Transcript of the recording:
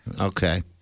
Okay